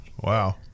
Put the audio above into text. Wow